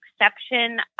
exception